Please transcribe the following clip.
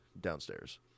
downstairs